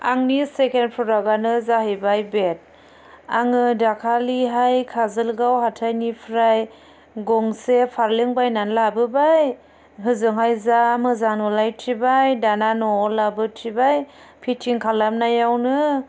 आंनि सेकेण्ड प्रडाकआनो जाहैबाय बेड आङो दाखालिहाय काजोलगाव हाथाइनिफ्राइ गंसे फालें बायनानै लाबोबाय होजोंहाय जा मोजां नुलायथिबाय दाना न'आव लाबोथिबाय फिथिं खालामनायावनो